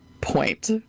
point